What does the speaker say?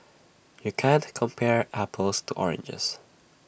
you can't compare apples to oranges